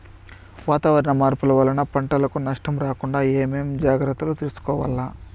వాతావరణ మార్పులు వలన పంటలకు నష్టం రాకుండా ఏమేం జాగ్రత్తలు తీసుకోవల్ల?